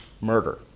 murder